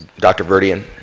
dr. vurdien.